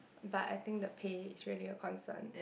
but I think the pay is really a concern